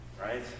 Right